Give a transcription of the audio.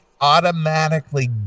automatically